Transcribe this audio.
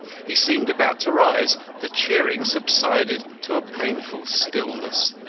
he seemed about to rise. the cheering subsided to a painful stillness.